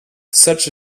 such